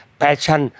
passion